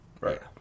Right